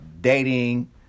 dating